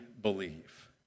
believe